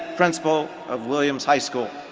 principal of williams high school.